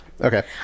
Okay